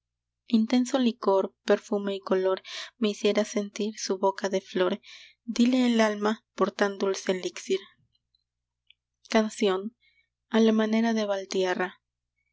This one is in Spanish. intenso licor perfume y color me hiciera sentir su boca de flor díle el alma por tan dulce elixir canción a la